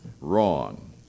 Wrong